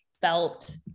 felt